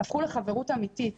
הפכו לחברות אמיתית.